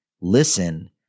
listen